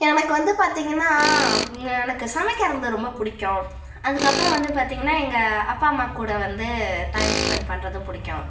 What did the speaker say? எனக்கு வந்து பார்த்திங்கன்னா எனக்கு சமைக்கிறது ரொம்ப பிடிக்கும் அதுக்கப்புறம் வந்து பார்த்திங்கன்னா எங்கள் அப்பா அம்மா கூட வந்து டைம் ஸ்பெண்ட் பண்ணுறதும் பிடிக்கும்